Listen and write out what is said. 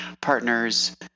partners